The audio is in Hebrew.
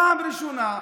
פעם ראשונה,